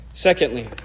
Secondly